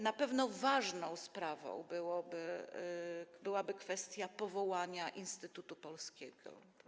Na pewno ważną sprawą byłaby kwestia powołania instytutu polskiego.